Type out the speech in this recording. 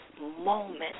moment